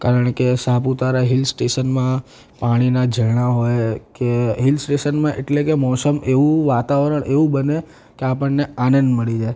કારણ કે સાપુતારા હિલસ્ટેશનમાં પાણીના ઝરણાં હોય કે હિલસ્ટેશનમાં એટલે કે મોસમ એવું વાતાવરણ એવું બને કે આપણને આનંદ મળી જાય